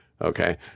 Okay